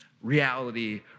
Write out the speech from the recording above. reality